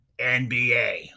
NBA